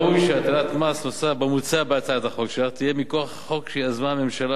מן הראוי שהטלת מס נוסף כמוצע בהצעת החוק תהיה מכוח חוק שיזמה הממשלה